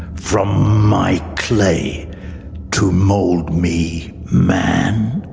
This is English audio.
from my clay to mould me man?